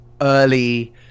early